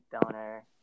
donor